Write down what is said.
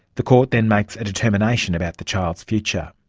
the court then makes a determination about the child's future.